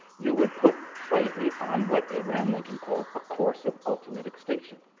you would put slavery on what abraham lincoln called a course of ultimate extinction.